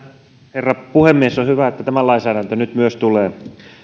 herra puhemies on hyvä että tämä lainsäädäntö nyt myös tulee meille